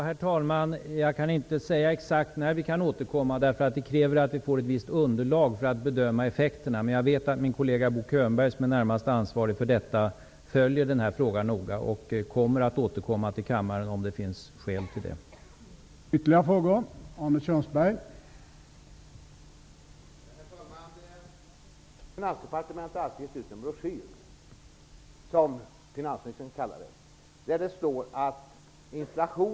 Herr talman! Jag kan inte säga exakt när regeringen kan återkomma. Det krävs ett visst underlag för att bedöma effekterna. Men jag vet att min kollega Bo Könberg, som är närmast ansvarig för detta, följer denna fråga noga och återkommer till kammaren om det finns skäl för detta.